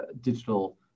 digital